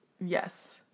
Yes